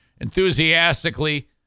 enthusiastically